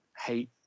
hate